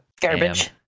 Garbage